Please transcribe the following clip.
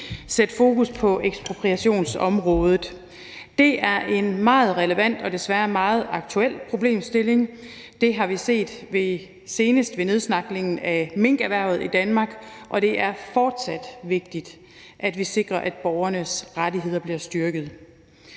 sætte fokus på ekspropriationsområdet. Det er en meget relevant og desværre meget aktuel problemstilling. Det har vi set senest ved nedslagtningen af minkerhvervet i Danmark, og det er fortsat vigtigt, at vi sikrer, at borgernes rettigheder bliver styrket.